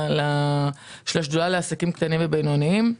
יושבת ראש השדולה לעסקים קטנים ובינוניים.